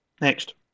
Next